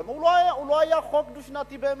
בעצם לא היה חוק דו-שנתי באמת.